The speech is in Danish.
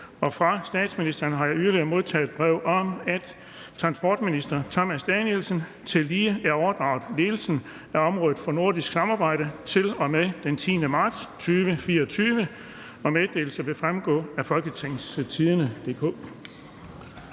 Fra statsministeren har jeg yderligere modtaget brev om, at transportminister Thomas Danielsen tillige er overdraget ledelsen af området for nordisk samarbejde til og med den 10. marts 2024. Meddelelserne vil fremgå af www.folketingstidende.dk